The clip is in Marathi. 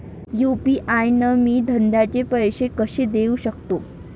यू.पी.आय न मी धंद्याचे पैसे कसे देऊ सकतो?